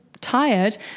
tired